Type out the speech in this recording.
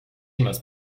must